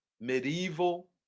medieval